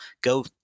go